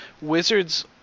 Wizards